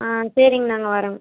ஆ சரிங்க நாங்கள் வரோங்க